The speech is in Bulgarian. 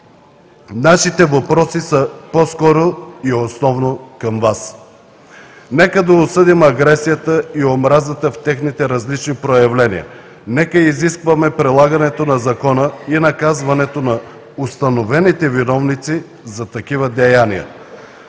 нашите въпроси са по-скоро и основно към Вас: нека да осъдим агресията и омразата в техните различни проявления, нека изискваме прилагането на закона и наказването на установените виновници за такива деяния.